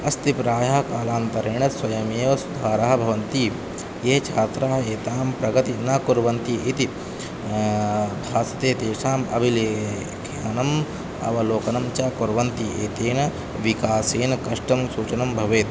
अस्ति प्रायः कालान्तरेण स्वयमेव सुधाराः भवन्ति ये छात्राः एतां प्रगतिं न कुर्वन्ति इति भासते तेषाम् अभिलेखनम् अवलोकनं च कुर्वन्ति एतेन विकासेन कष्टं सूचनां भवेत्